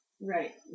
Right